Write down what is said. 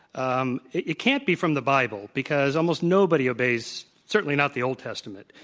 um it it can't be from the bible because almost nobody obeys certainly not the old testament.